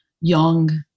young